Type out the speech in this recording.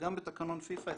וגם בתקנון פיפ"א,